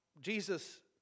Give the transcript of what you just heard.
Jesus